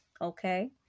Okay